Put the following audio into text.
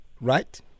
right